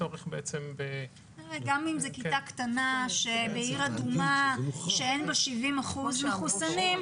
גם אם זו כיתה קטנה בעיר אדומה שאין בה 70 אחוזים מחוסנים,